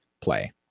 play